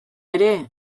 ere